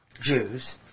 Jews